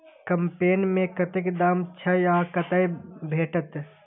कम्पेन के कतेक दाम छै आ कतय भेटत?